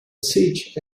siege